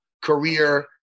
career